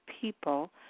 people